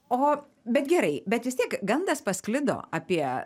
o bet gerai bet vis tiek gandas pasklido apie